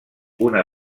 una